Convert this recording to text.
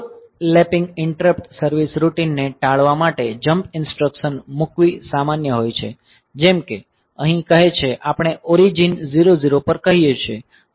overlapping interrupt service routine ને ટાળવા માટે જમ્પ ઇન્સટ્રકસન મૂકવી સામાન્ય હોય છે જેમ કે અહીં કહે છે આપણે ઓરીજીન 00 પર કહીએ છીએ